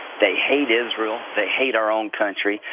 they hate israel, they hate our own country.